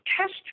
test